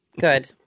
Good